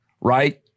right